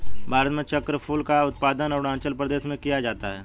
भारत में चक्रफूल का उत्पादन अरूणाचल प्रदेश में किया जाता है